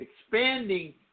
expanding